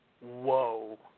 Whoa